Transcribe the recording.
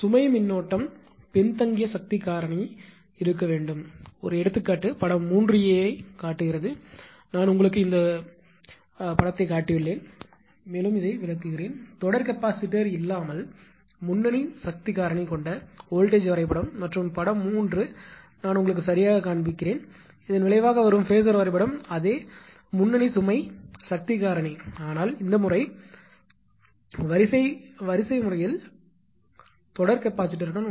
சுமை மின்னோட்டம் கரண்ட் பின்தங்கிய சக்தி காரணி இருக்க வேண்டும் ஒரு எடுத்துக்காட்டு படம் 3a ஐக் காட்டுகிறது நான் உங்களுக்கு இந்த உருவத்தைக் காட்டினேன் மேலும் விளக்கினேன் தொடர் கெபாசிட்டார் இல்லாமல் முன்னணி சுமை சக்தி காரணி கொண்ட வோல்ட்டேஜ் வரைபடம் மற்றும் படம் 3 நான் உங்களுக்கு சரியாகக் காண்பிப்பேன் இதன் விளைவாக வரும் ஃபேஸர் வரைபடம் அதே முன்னணி சுமை சக்தி காரணி ஆனால் இந்த முறை வரிசை வரிசையில் தொடர் கெபாசிட்டருடன்